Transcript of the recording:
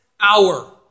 hour